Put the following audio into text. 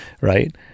Right